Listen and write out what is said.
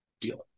deal